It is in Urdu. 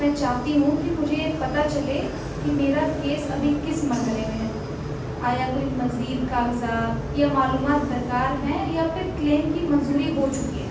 میں چاہتی ہوں کہ مجھے یہ پتا چلے کہ میرا کیس ابھی کس مرحلے میں ہے آیا کوئی مزید کاغذات یا معلومات درکار ہیں یا پھر کلیم کی منظوری ہو چکی ہے